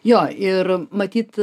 jo ir matyt